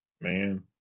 man